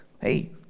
Hey